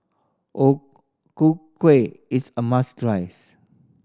O Ku Kueh is a must tries